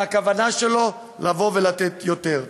והכוונה שלו לבוא ולתת יותר.